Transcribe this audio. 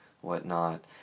whatnot